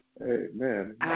Amen